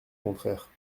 contraire